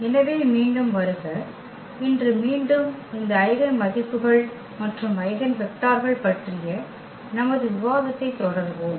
எனவே மீண்டும் வருக இன்று மீண்டும் இந்த ஐகென் மதிப்புகள் மற்றும் ஐகென் வெக்டர்கள் பற்றிய நமது விவாதத்தைத் தொடருவோம்